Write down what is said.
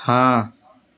ہاں